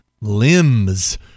limbs